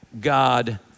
God